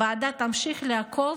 הוועדה תמשיך לעקוב